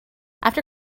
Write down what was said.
after